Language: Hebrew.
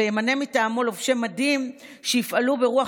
וימנה מטעמו לובשי מדים שיפעלו ברוח